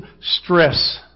stress